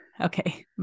okay